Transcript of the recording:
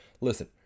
Listen